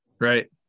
Right